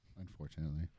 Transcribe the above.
Unfortunately